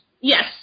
Yes